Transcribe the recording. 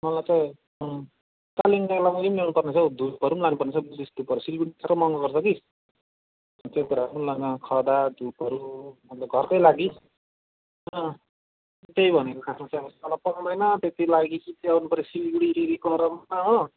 मलाई चाहिँ कालिम्पोङ गएको बेला उयो पनि ल्याउनुपर्नेछ हौ धुपहरू पनि लानुपर्नेछ हौ बुद्धिस्ट धुपहरू सिलगढी साह्रो महँगो गर्छ कि त्यो कुराहरू पनि लानु खदा धुपहरू मतलब घरकै लागि त्यही भनेको खासमा चाहिँ अब तल पाउँदैन त्यत्तिको लागि कि चाहिँ आउनुपऱ्यो सिलगढी फेरि गरममा हो